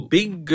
big